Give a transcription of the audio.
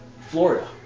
Florida